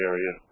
Area